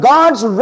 God's